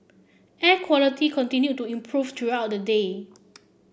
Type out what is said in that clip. air quality continued to improve throughout the day